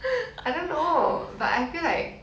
I don't know but I feel like